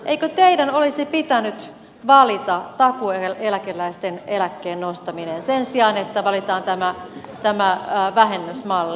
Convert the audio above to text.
eikö teidän olisi pitänyt valita takuueläkeläisten eläkkeen nostaminen sen sijaan että valitaan tämä vähennysmalli